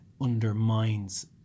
undermines